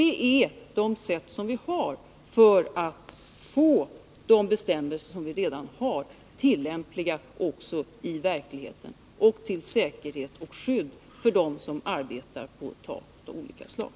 Detta är de möjligheter vi har att se till att de nu gällande bestämmelserna tillämpas i verkligheten till säkerhet och skydd för dem som arbetar på tak av olika slag.